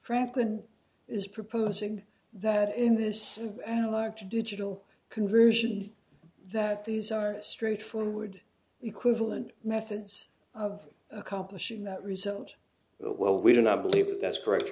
franklin is proposing that in this analog to digital conversion that these are straightforward equivalent methods of accomplishing that result well we do not believe that that's correct